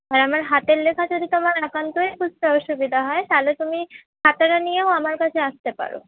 আর আমার হাতের লেখা যদি তোমার একান্তই বুঝতে অসুবিধা হয় তাহলে তুমি খাতাটা নিয়েও আমার কাছে আসতে পারো